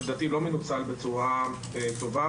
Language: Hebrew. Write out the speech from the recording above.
שלדעתי לא מנוצל בצורה טובה,